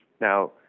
Now